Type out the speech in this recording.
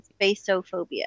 basophobia